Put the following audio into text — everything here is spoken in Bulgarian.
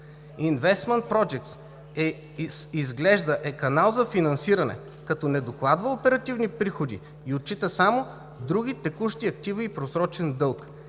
изглежда, е канал за финансиране, като не докладва оперативни приходи и отчита само други текущи активи и просрочен дълг.